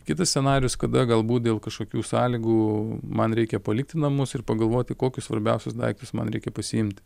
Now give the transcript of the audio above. kitas scenarijus kada galbūt dėl kažkokių sąlygų man reikia palikti namus ir pagalvoti kokius svarbiausius daiktus man reikia pasiimti